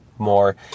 more